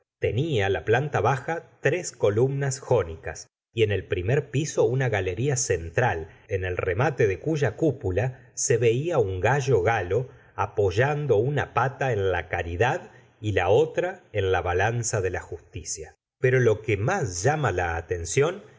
tenía la planta baja tres columnas jónicas y en el primer piso una galería central en el remate de cuya cúpula se veía un gallo galo apoyando una pata en la caridad y la otra en la balanza de la justicia pero lo que más llama la atención